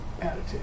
Attitude